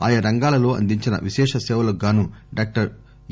ఆయా రంగాలలో అందించిన విశేష సేవలకు గాను డాక్టర్ ఎ